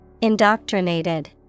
Indoctrinated